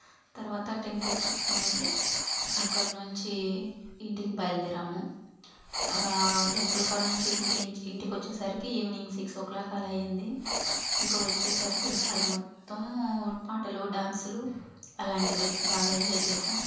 తర్వాత టెంపుల్ చూసుకునేసి అక్కడ నుంచి ఇంటికి బయల్దేరాము ఒకా టెంపుల్ కాడినుంచి ఇంటి ఇంచ్ ఇంటికొచ్చేసరికి ఈవినింగ్ సిక్స్ ఓ క్లాక్ అలా అయ్యింది ఇంకా వచ్చేసరికి దారి మొత్తము పాటలు డ్యాన్సులు అలాంటివే బాగా ఎంజాయ్ చేశాం